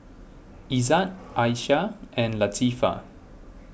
Izzat Aisyah and Latifa